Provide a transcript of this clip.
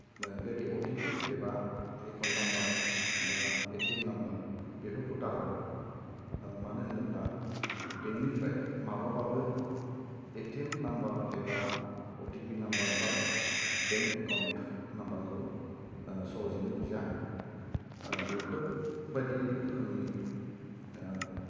बेबादि O T P एबा account number बेफोरखौ दा हर मानो होनोब्ला बेंकनिफ्राय माब्लाबाबो ए ति एम नाम्बार एबा अ ति पि नाम्बार बा बेंक एकाउन्ट नाम्बारखौ सहजैनो बिया बेफोर बायदि रोखोमनि